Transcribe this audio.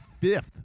fifth